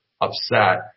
upset